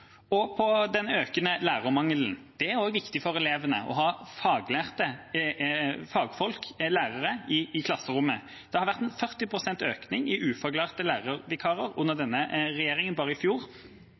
hjelpe på de enorme utfordringene som ligger foran oss. Når det gjelder den økende lærermangelen, er det viktig for elevene å ha fagfolk – faglærte lærere – i klasserommet. Det var 40 pst. økning i ufaglærte lærervikarer under